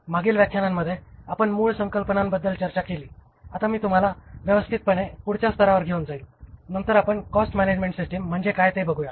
मागील व्याख्यानांमध्ये आपण मूळ संकल्पनां बद्दल चर्चा केली अता मी तुम्हाला व्यवस्धीतपणे पुढच्या स्तरावर घेउन जाईल नंतर आपण कॉस्ट मॅनेजमेंट सिस्टीम म्हणजे काय ते बघूया